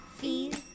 feel